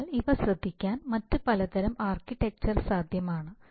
അതിനാൽ ഇവ ശ്രദ്ധിക്കാൻ മറ്റ് പലതരം ആർക്കിടെക്ചർ സാധ്യമാണ്